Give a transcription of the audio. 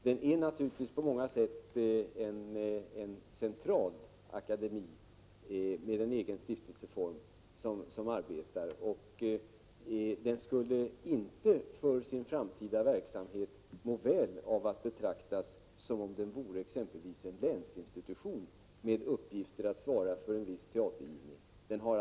Den är på många sätt en centralakademi, som arbetar inom ramen för en stiftelse, och den skulle inte för sin framtida verksamhet må väl av att betraktas som om den vore exempelvis en länsinstitution med uppgift att svara för en viss regional verksamhet.